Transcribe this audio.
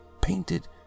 painted